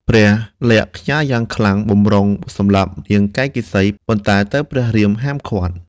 ព្រះ លក្សណ៍ខ្ញាល់យ៉ាងខ្លាំងបម្រុងសម្លាប់នាងកៃកេសី ប៉ុន្តែត្រូវព្រះរាមហាមឃាត់។